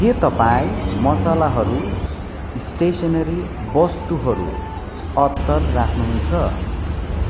के तपाईँ मसलाहरू स्टेसनरी वस्तुहरू अत्तर राख्नुहुन्छ